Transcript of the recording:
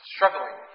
Struggling